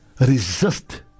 resist